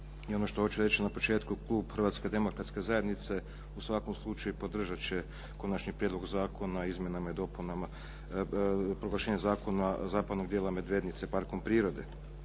I ono što hoću reći na početku klub Hrvatske demokratske zajednice u svakom slučaju podržat će Konačni prijedlog zakona o izmjenama i dopunama proglašenju Zakona o proglašenju zapadnog dijela Medvednice parkom prirode.